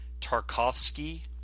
Tarkovsky